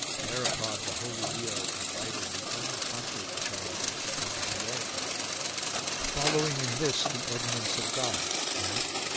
thereupon the holy leo invited the unconquered charles to come to rome following in this the ordinance of god, that,